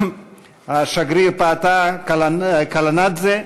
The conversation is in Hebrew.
השגריר פָּאֵאטָה קָלָנְדְזֵה,